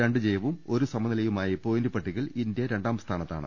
രണ്ട് ജയവും ഒരു സമനിലയുമായി പോയിന്റ് പട്ടികയിൽ ഇന്ത്യ രണ്ടാം സ്ഥാന ത്താണ്